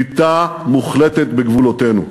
שליטה מוחלטת בגבולותינו.